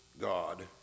God